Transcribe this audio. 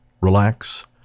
relax